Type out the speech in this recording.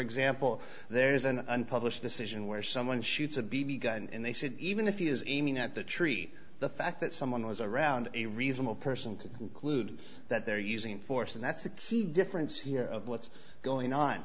example there is an unpublished decision where someone shoots a b b gun and they said even if you're aiming at the tree the fact that someone was around a reasonable person could glued that they're using force and that's the key difference here of what's going on